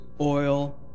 oil